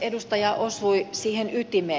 edustaja osui siihen ytimeen